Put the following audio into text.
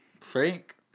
Frank